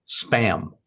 spam